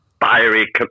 fiery